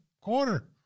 quarter